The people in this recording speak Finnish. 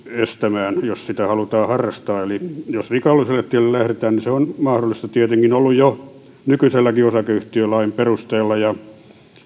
estämään jos sitä halutaan harrastaa eli jos rikolliselle tielle lähdetään niin se on mahdollista tietenkin ollut jo nykyisenkin osakeyhtiölain perusteella